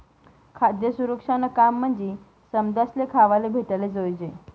खाद्य सुरक्षानं काम म्हंजी समदासले खावाले भेटाले जोयजे